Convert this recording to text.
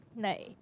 like